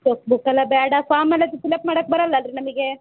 ಚೊಕ್ book ಎಲ್ಲ ಬೇಡ form ಎಲ್ಲ ಫಿಲಪ್ ಮಾಡಕ್ಕೆ ಬರಲ್ವಲ್ರಿ ನಮಗೆ